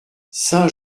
saint